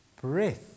breath